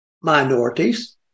minorities